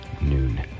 noon